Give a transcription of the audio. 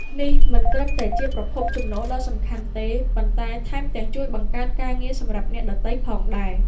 នេះមិនត្រឹមតែជាប្រភពចំណូលដ៏សំខាន់ទេ ប៉ុន្តែថែមទាំងជួយបង្កើតការងារសម្រាប់អ្នកដទៃផងដែរ។